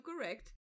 correct